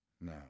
No